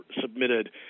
submitted